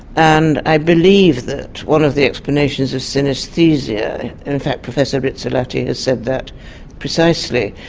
and i believe that one of the explanations of synesthesia, and in fact professor rizzolatti has said that precisely,